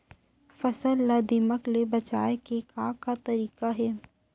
फसल ला दीमक ले बचाये के का का तरीका हे?